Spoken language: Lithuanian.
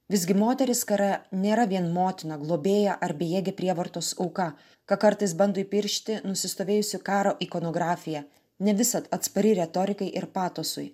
visgi moteris skara nėra vien motina globėja ar bejėgė prievartos auka ką kartais bando įpiršti nusistovėjusi karo ikonografija ne visad atspari retorikai ir patosui